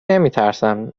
نمیترسم